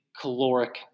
caloric